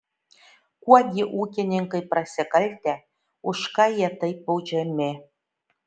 kuo gi ūkininkai prasikaltę už ką jie taip baudžiami